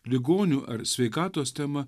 ligonių ar sveikatos tema